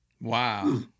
wow